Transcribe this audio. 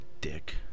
dick